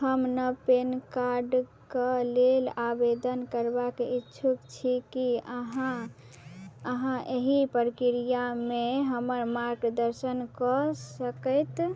हम नव पेन कार्डके लेल आवेदन करबाक इच्छुक छी कि अहाँ अहाँ एहि प्रक्रियामे हमर मार्गदर्शन कऽ सकैत